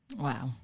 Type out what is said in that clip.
Wow